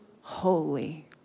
holy